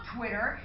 Twitter